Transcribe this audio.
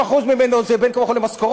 90% ממנו זה בין כה וכה למשכורות,